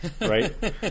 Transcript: right